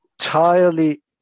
entirely